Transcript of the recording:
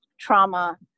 trauma